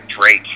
Drake